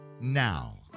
Now